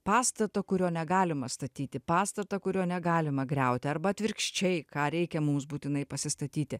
pastatą kurio negalima statyti pastatą kurio negalima griauti arba atvirkščiai ką reikia mums būtinai pasistatyti